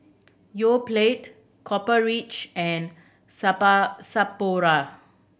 Yoplait Copper Ridge and Sapporo